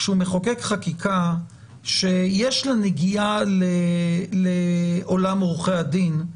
כשהוא מחוקק חקיקה שיש לה נגיעה לעולם עורכי הדין,